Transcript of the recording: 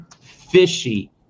fishy